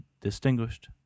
Distinguished